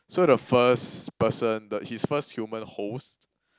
so the first person the his first human host